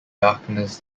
darkness